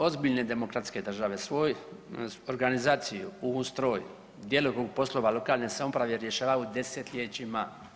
Ozbiljne demokratske države svoju organizaciju, ustroj, djelokrug poslova lokalne samouprave rješavaju desetljećima.